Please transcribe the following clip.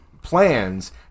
Plans